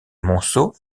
monceau